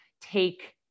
take